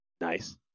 Nice